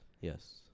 yes